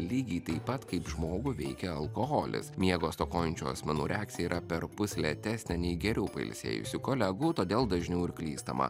lygiai taip pat kaip žmogų veikia alkoholis miego stokojančių asmenų reakcija yra perpus lėtesnė nei geriau pailsėjusių kolegų todėl dažniau ir klystama